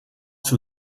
too